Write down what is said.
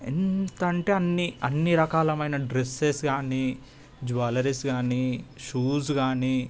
ఎంత అంటే అన్ని అన్ని రకాల మైన డ్రెస్సెస్ కాని జ్వాలరీస్ కాని షూస్ కాని